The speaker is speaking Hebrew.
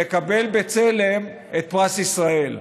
יקבל בצלם את פרס ישראל.